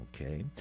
okay